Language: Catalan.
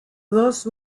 dos